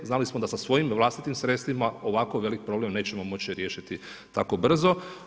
Znali smo da sa svojim vlastitim sredstvima ovako velik problem nećemo moći riješiti tako brzo.